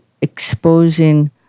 exposing